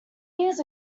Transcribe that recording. years